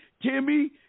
Timmy